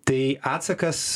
tai atsakas